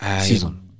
season